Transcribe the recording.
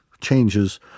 changes